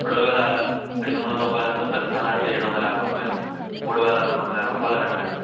రెండు వేేల ఐదొందల రూపాయలానూ ప్లస్ పెనాల్టి ఏడొందల యాభై రూపాయలు మూడు వేల రెండొందల యాభై రూపాయలు కట్టాలి